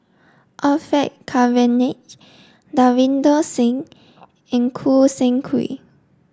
Orfeur Cavenagh Davinder Singh and Choo Seng Quee